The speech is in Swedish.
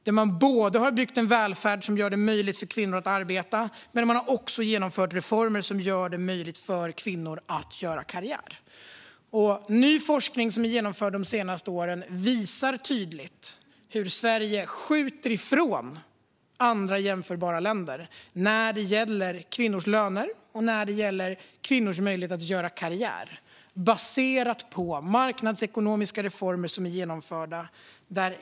Man har både byggt en välfärd som gör det möjligt för kvinnor att arbeta och genomfört reformer som gör det möjligt för kvinnor att göra karriär. Ny forskning som bedrivits de senaste åren visar tydligt hur Sverige drar ifrån andra jämförbara länder när det gäller kvinnors löner och kvinnors möjlighet att göra karriär, baserat på marknadsekonomiska reformer som genomförts.